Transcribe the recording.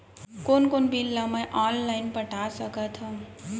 कोन कोन बिल ला मैं ऑनलाइन पटा सकत हव?